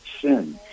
sin